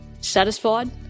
satisfied